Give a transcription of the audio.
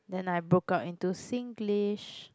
then I broke out into Singlish